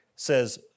says